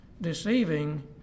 deceiving